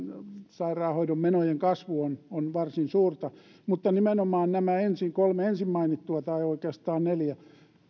sairaanhoidon menojen kasvu on varsin suurta nimenomaan nämä kolme ensin mainittua tai oikeastaan neljä